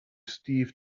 steve